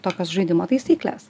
tokios žaidimo taisyklės